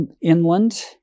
inland